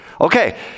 Okay